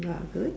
ah good